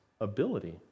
ability